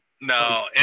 No